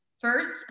First